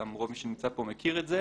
מי שנמצא כאן, מכיר אותה